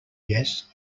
yes